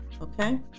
Okay